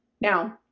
Now